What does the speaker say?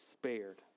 spared